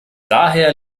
daher